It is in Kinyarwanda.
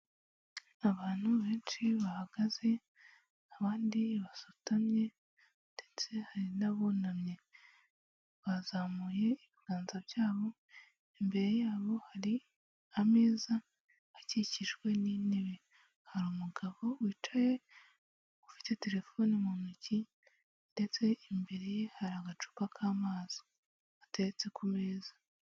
Abantu benshi bahagaze abandi basutamye ndetse hari n'abunamye, bazamuye ibiganza byabo imbere yabo hari ameza akikijwe n'intebe, hari umugabo wicaye ufite terefone mu ntoki ndetse imbere ye hari agacupa k'amazi ateretse ku meza.